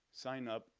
sign up.